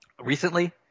recently